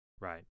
right